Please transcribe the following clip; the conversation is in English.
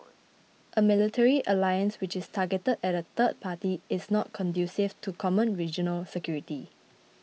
a military alliance which is targeted at a third party is not conducive to common regional security